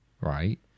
Right